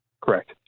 Correct